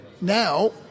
Now